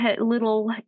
little